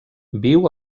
viu